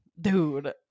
dude